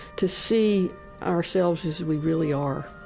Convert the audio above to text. to see ourselves as we really are.